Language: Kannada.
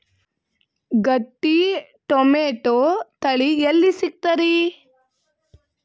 ಗಟ್ಟಿ ಟೊಮೇಟೊ ತಳಿ ಎಲ್ಲಿ ಸಿಗ್ತರಿ?